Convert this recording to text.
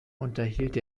unterhielt